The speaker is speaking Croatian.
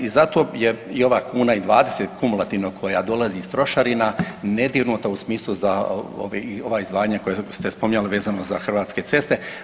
I zato je i ova 1,20 kumulativno koja dolazi iz trošarina nedirnuta u smislu za ova izdvajanja koja ste spominjali vezano za Hrvatske ceste.